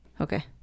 Okay